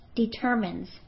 determines